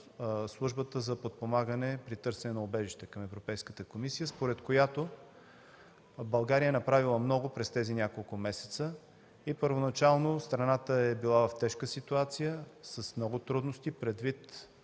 Службата за подпомагане и търсене на убежище към Европейската комисия, според която България е направила много през тези няколко месеца. Първоначално страната е била в тежка ситуация, с много трудности, предвид